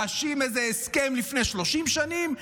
להאשים איזה הסכם מלפני 30 שנים,